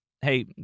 Hey